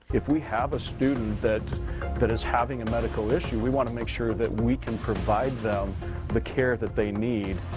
if we have a student that that is having a medical issue, we want to make sure that we can provide them the care that they need.